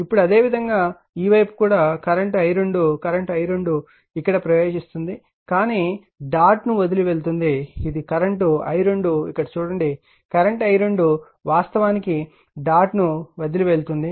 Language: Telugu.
ఇప్పుడు అదేవిధంగా ఈ వైపు కూడా కరెంట్ i2 కరెంట్ i2 ఇక్కడ ప్రవేశిస్తోంది కానీ డాట్ ను వదిలి వెళ్తుంది ఇది కరెంట్ i2 ఇక్కడ చూడండి కరెంట్ i2 వాస్తవానికి డాట్ ను వదిలి వెళ్తుంది